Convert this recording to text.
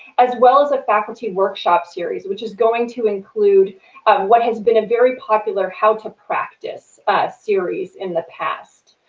as well as a faculty workshop series which is going to include what has been a very popular how to practice series in the past.